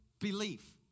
belief